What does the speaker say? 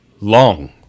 long